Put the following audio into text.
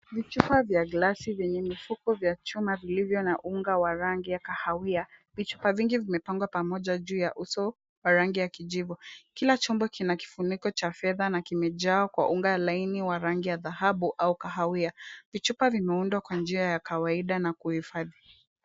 Vichupa vya glasi vyenye mifuko vya chuma vilivyo na unga wa rangi ya kahawia. Vichupa vingi vimepangwa pamoja juu ya uso wa rangi ya kijivu. Kila chombo kina kifuniko cha fedha na kimejaa kwa unga ya laini wa rangi ya dhahabu au kahawia. Vichupa vimeundwa kwa njia ya kawaida na kuhifadhiwa.